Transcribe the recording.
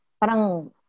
parang